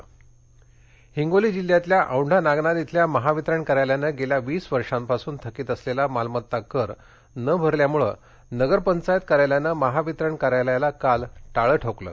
हिंगोली हिंगोली जिल्ह्यातल्या औंढा नागनाथ इथल्या महावितरण कार्यालयानं गेल्या वीस वर्षांपासून थकीत असलेला मालमत्ता कर न भरल्यामुळे नगरपंचायत कार्यालयानं महावितरण कार्यालयाला काल टाळे ठोकले